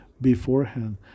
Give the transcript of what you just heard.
beforehand